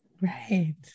right